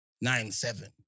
nine-seven